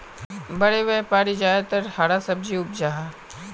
बड़े व्यापारी ज्यादातर हरा सब्जी उपजाहा